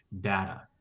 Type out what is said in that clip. data